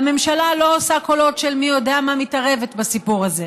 והממשלה לא עושה קולות של מי יודע מה מתערבת בסיפור הזה.